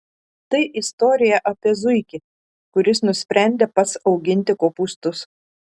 tai istorija apie zuikį kuris nusprendė pats auginti kopūstus